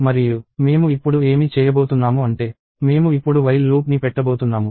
మరియు మేము ఇప్పుడు ఏమి చేయబోతున్నాము అంటే మేము ఇప్పుడు while లూప్ ని పెట్టబోతున్నాము